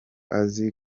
azi